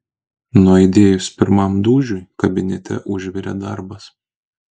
nuaidėjus pirmam dūžiui kabinete užvirė darbas